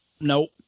Nope